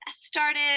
started